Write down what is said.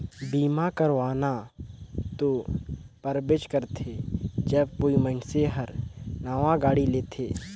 बीमा करवाना तो परबेच करथे जब कोई मइनसे हर नावां गाड़ी लेथेत